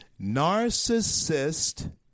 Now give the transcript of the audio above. Narcissist